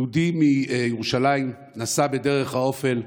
יהודי מירושלים נסע בדרך העופל,